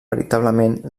veritablement